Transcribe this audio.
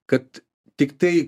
kad tiktai